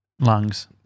lungs